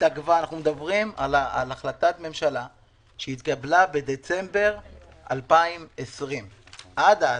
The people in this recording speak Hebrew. אנחנו מדברים על החלטת ממשלה שהתקבלה בדצמבר 2020. עד אז,